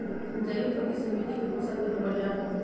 जैविक खेती से मिट्टी के पोषक तत्व बरियार होवो हय